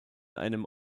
einem